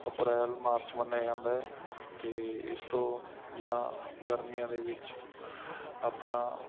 ਅਪ੍ਰੈਲ ਮਾਰਚ ਮੰਨਿਆ ਜਾਂਦਾ ਹੈ ਅਤੇ ਇਸ ਤੋਂ ਜਾਂ ਗਰਮੀਆਂ ਦੇ ਵਿੱਚ ਆਪਣਾ